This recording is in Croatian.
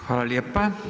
Hvala lijepa.